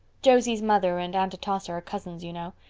josie's mother and aunt atossa are cousins, you know.